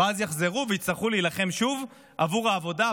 ואז הם יחזרו ויצטרכו להילחם שוב עבור העבודה,